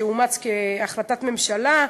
שאומץ כהחלטת ממשלה,